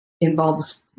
involves